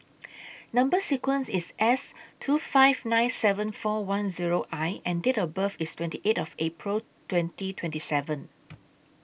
Number sequence IS S two five nine seven four one Zero I and Date of birth IS twenty eight of April twenty twenty seven